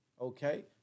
okay